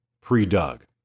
pre-dug